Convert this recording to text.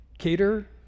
Cater